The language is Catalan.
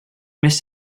més